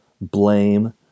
blame